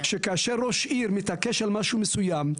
כאשר ראש עיר מתעקש על משהו מסוים,